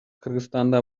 кыргызстанда